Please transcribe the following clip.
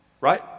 Right